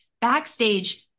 backstage